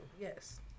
Yes